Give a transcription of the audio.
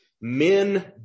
men